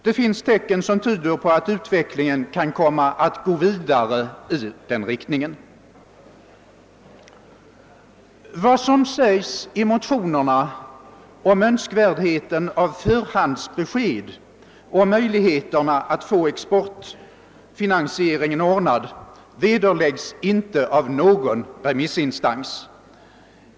Det finns tecken som tyder på att utvecklingen kan komma att gå vidare i den riktningen. Vad som sägs i motionerna om önskvärdheten av förhandsbesked om möjligheterna att få exportfinansieringen ordnad vederläggs inte av någon remissinstans.